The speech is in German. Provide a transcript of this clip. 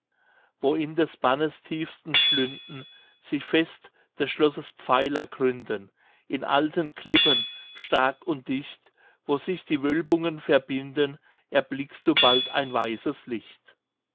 wo in des bannes tiefsten schlünden sich fest des schlosses pfeiler gründen in alten klippen stark und dicht wo sich die wölbungen verbinden erblickst du bald ein weißes licht